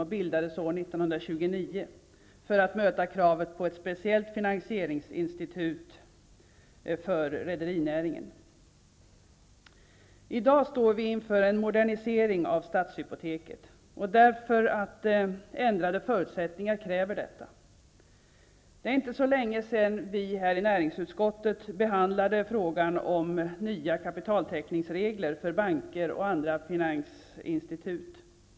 Den bildades år 1929 för att möta kravet på ett speciellt finansieringsinstitut för rederinäringen. I dag står vi inför en modernisering av Stadshypotek, därför att ändrade förutsättningar kräver detta. Det är inte så länge sedan vi i näringsutskottet behandlade frågan om nya kapitaltäckningsregler för banker och andra finansinstitut.